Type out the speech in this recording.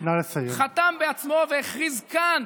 חתם בעצמו והכריז כאן